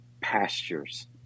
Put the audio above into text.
pastures